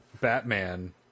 Batman